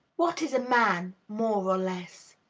what is a man, more or less?